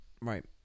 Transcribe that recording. right